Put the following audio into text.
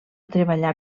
treballar